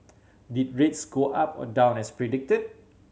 did rates go up or down as predicted